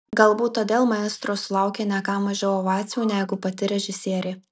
galbūt todėl maestro sulaukė ne ką mažiau ovacijų negu pati režisierė